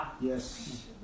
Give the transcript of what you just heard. Yes